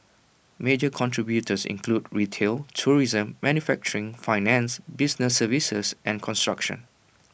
major contributors include retail tourism manufacturing finance business services and construction